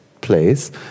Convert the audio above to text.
place